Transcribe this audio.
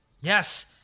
Yes